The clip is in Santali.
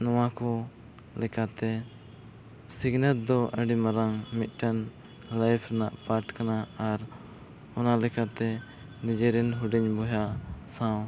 ᱱᱚᱣᱟ ᱠᱚ ᱞᱮᱠᱟᱛᱮ ᱥᱤᱠᱷᱱᱟᱹᱛ ᱫᱚ ᱟᱹᱰᱤ ᱢᱟᱨᱟᱝ ᱢᱤᱫᱴᱟᱝ ᱨᱮᱱᱟᱜ ᱠᱟᱱᱟ ᱟᱨ ᱚᱱᱟ ᱞᱮᱠᱟᱛᱮ ᱱᱤᱡᱮᱨᱮᱱ ᱦᱩᱰᱤᱧ ᱵᱚᱭᱦᱟ ᱥᱟᱶ